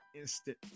instant